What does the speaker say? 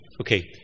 Okay